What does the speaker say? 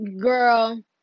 girl